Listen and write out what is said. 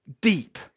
deep